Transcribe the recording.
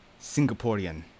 Singaporean